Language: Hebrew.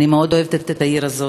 אני מאוד אוהבת את העיר הזאת,